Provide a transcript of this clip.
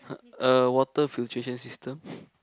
a water filtration system